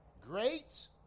Great